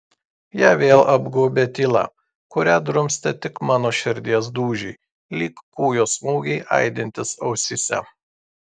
ją vėl apgaubė tyla kurią drumstė tik mano širdies dūžiai lyg kūjo smūgiai aidintys ausyse